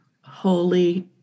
Holy